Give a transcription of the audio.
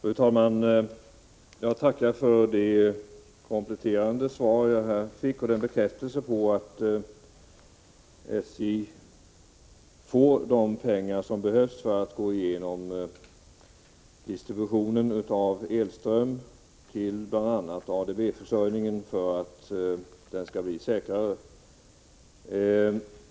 Fru talman! Jag tackar för det kompletterande svaret. Jag är också tacksam över bekräftelsen att SJ får de pengar som behövs för att man skall kunna gå igenom distributionen av elström bl.a. när det gäller ADB-försörjningen, i syfte att få en ökad säkerhet.